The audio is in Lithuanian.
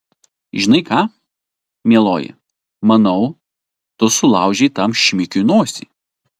žinai ką mieloji manau tu sulaužei tam šmikiui nosį